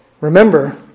Remember